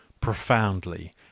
profoundly